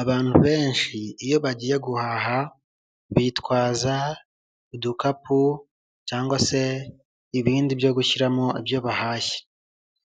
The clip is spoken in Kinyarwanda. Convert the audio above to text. Abantu benshi iyo bagiye guhaha bitwaza udukapu cyangwa se ibindi byo gushyiramo ibyo bahashye,